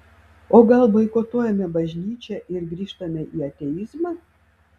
o gal boikotuojame bažnyčią ir grįžtame į ateizmą